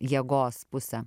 jėgos pusę